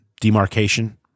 demarcation